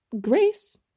Grace